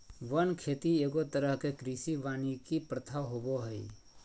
वन खेती एगो तरह के कृषि वानिकी प्रथा होबो हइ